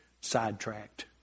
sidetracked